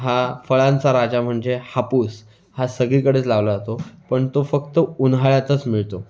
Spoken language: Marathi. हा फळांचा राजा म्हणजे हापूस हा सगळीकडेच लावला जातो पण तो फक्त उन्हाळ्यातच मिळतो